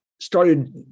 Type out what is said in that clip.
started